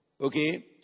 Okay